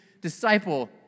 disciple